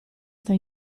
sta